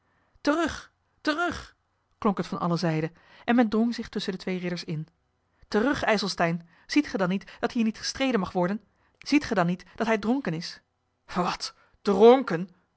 terug terug klonk het van alle zijden en men drong zich tusschen de twee ridders in terug ijselstein ziet ge dan niet dat hier niet gestreden mag worden ziet ge dan niet dat hij dronken is wat dronken